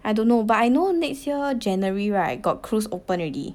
I don't know but I know next year january right got cruise open already